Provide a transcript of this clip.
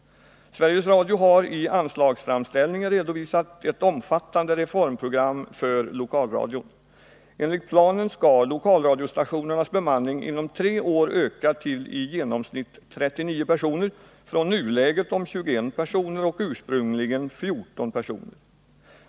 Sveriges Radio har i anslagsframställningen redovisat ett omfattande reformprogram för lokalradion. Enligt planen skall lokalradiostationernas bemanning inom tre år öka till i genomsnitt 39 personer, från 21 personer i nuläget och ursprungligen 14 personer.